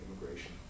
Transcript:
immigration